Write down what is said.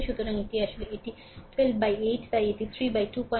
সুতরাং এটি আসলে এটি 12 বাই 8 তাই এটি 3 বাই 215